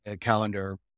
calendar